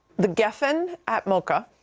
the geffen at moca